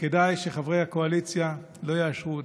שכדאי שחברי הקואליציה לא יאשרו אותה.